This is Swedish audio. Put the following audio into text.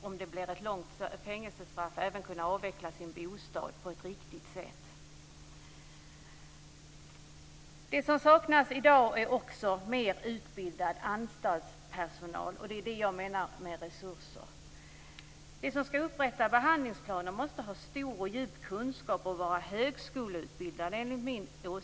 Om det blir ett långt fängelsestraff måste den intagne kunna avveckla sin bostad på ett riktigt sätt. Det som saknas i dag är mer utbildad anstaltspersonal. Det är vad jag menar med resurser. De som ska upprätta behandlingsplaner måste enligt min åsikt ha stor och djup kunskap och vara högskoleutbildade.